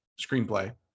screenplay